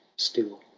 still.